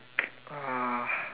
uh